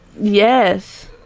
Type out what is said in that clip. Yes